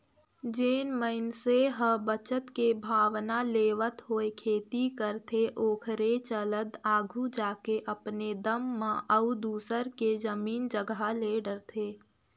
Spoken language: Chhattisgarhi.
जेन मइनसे ह बचत के भावना लेवत होय खेती करथे ओखरे चलत आघु जाके अपने दम म अउ दूसर के जमीन जगहा ले डरथे